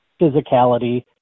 physicality